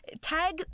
tag